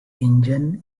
engine